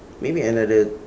maybe another